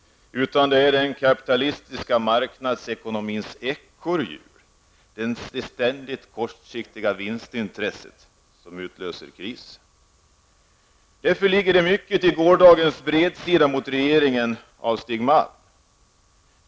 Det är i stället den kapitalistiska marknadsekonomins ekorrhjul, det ständigt kortsiktiga vinstintresset, som utlöser kris. Därför ligger det mycket i gårdagens bredsida mot regeringen från Stig Malm.